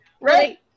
right